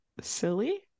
silly